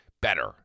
better